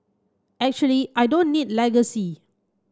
actually I don't need legacy